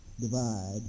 divide